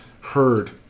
heard